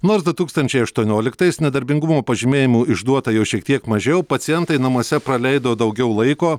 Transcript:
du tūkstančiai aštuonioliktais nedarbingumo pažymėjimų išduota jau šiek tiek mažiau pacientai namuose praleido daugiau laiko